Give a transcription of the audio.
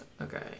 Okay